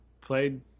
played